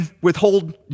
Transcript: withhold